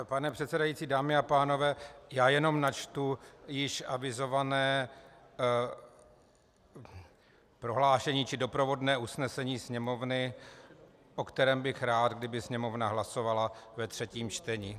Pane předsedající, dámy a pánové, já jenom načtu již avizované prohlášení, či doprovodné usnesení Sněmovny, o kterém bych rád, kdyby Sněmovna hlasovala ve třetím čtení: